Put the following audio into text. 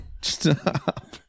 Stop